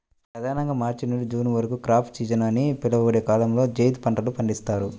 ప్రధానంగా మార్చి నుండి జూన్ వరకు క్రాప్ సీజన్ అని పిలువబడే కాలంలో జైద్ పంటలు పండిస్తారు